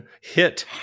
hit